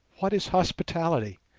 what is hospitality?